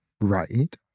Right